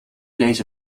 deze